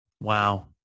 Wow